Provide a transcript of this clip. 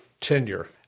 tenure